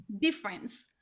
difference